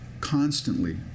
constantly